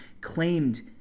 claimed